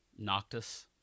noctus